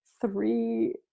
three